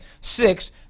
Six